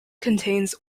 contains